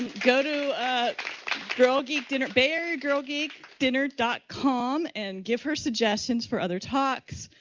go to a girl geek dinner bayareagirlgeekdinner dot com and give her suggestions for other talks.